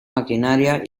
maquinaria